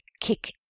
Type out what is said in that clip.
kick